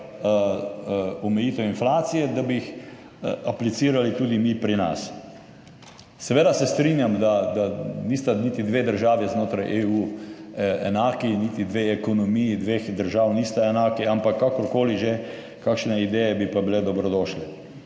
omejitev inflacije, aplicirali tudi mi pri nas. Seveda se strinjam, da nista niti dve državi znotraj EU enaki, niti dve ekonomiji dveh držav nista enaki, ampak kakorkoli že, kakšne ideje bi pa bile dobrodošle.